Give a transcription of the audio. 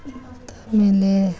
ಮತ್ತೆ ಆಮೇಲೆ